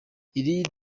iri